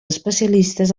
especialistes